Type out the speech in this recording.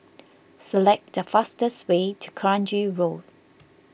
select the fastest way to Kranji Road